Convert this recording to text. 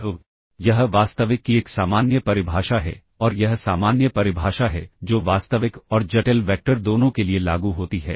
तो यह वास्तविक की एक सामान्य परिभाषा है और यह सामान्य परिभाषा है जो वास्तविक और जटिल वैक्टर दोनों के लिए लागू होती है